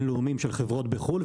אם